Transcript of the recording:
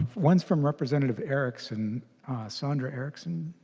one from representative erickson sondra erickson.